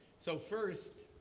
so first,